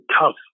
tough